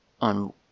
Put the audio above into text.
on